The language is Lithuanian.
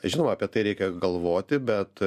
žinoma apie tai reikia galvoti bet